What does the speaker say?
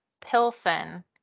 Pilsen